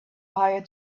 hire